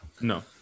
no